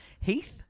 Heath